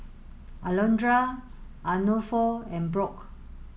Alondra Arnulfo and Brock